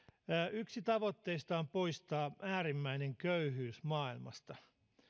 yksi tavoitteista on poistaa äärimmäinen köyhyys maailmasta